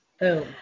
Boom